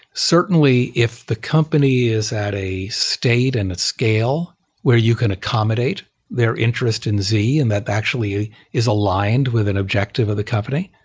certainly, if the company is at a state and a scale where you can accommodate their interest in z and that actually is aligned with an objective of the company,